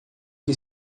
que